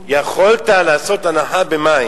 יכולת לעשות הנחה במים.